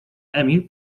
emil